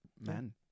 men